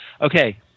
Okay